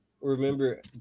remember